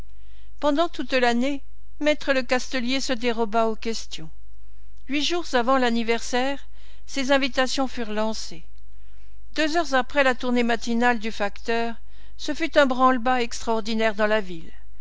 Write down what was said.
pendant toute l'année me lecastelier se déroba aux questions huit jours avant l'anniversaire ses invitations furent lancées deux heures après la tournée matinale du facteur ce fut un branle-bas extraordinaire dans la ville